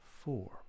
four